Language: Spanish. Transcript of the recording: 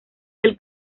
del